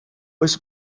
oes